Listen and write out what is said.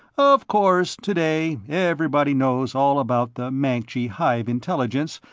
of course today everybody knows all about the mancji hive intelligence,